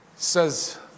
says